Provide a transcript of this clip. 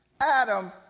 Adam